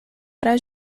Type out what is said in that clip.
era